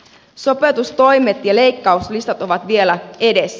sopeutustoimet ja leikkauslistat ovat vielä edessä